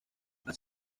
así